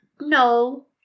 No